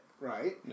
Right